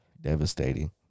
Devastating